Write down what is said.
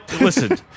listen